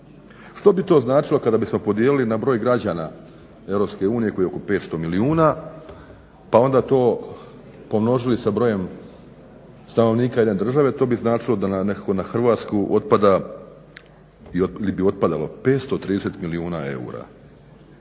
Što bi to značilo kada bismo podijelili na broj građana Europske unije koji je oko 500 milijuna pa onda to pomnožili sa brojem stanovnika jedne države, to bi značilo da nekako na Hrvatsku otpada ili bi otpadalo 530 milijuna eura